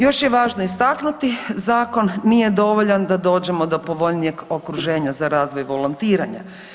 Još je važno istaknuti, zakon nije dovoljan da dođemo do povoljnijeg okruženja za razvoj volontiranja.